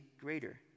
greater